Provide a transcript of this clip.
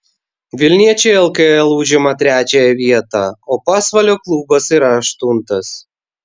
vilniečiai lkl užima trečiąją vietą o pasvalio klubas yra aštuntas